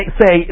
say